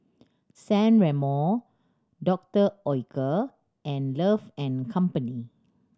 San Remo Doctor Oetker and Love and Company